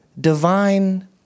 divine